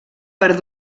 per